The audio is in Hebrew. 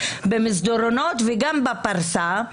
במסדרונות וגם בפרסה,